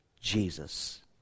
Jesus